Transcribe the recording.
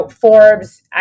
Forbes